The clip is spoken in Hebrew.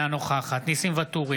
אינה נוכחת ניסים ואטורי,